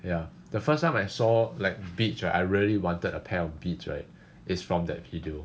ya the first time I saw like Beats ah I really wanted a pair of Beats right it's from that video